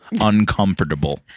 Uncomfortable